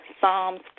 Psalms